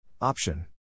Option